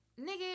nigga